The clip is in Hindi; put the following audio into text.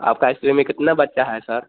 आपके इस्टेडियम में कितना बच्चे है सर